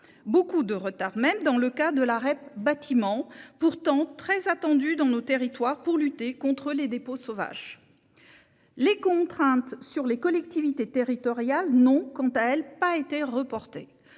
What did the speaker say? de manière importante dans le cas de la REP bâtiment, pourtant très attendue dans nos territoires pour lutter contre les dépôts sauvages. Les contraintes sur les collectivités territoriales n'ont, quant à elles, pas été reportées.